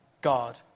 God